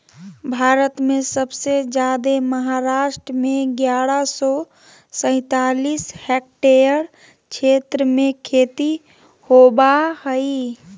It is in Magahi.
भारत में सबसे जादे महाराष्ट्र में ग्यारह सौ सैंतालीस हेक्टेयर क्षेत्र में खेती होवअ हई